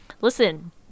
Listen